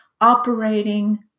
operating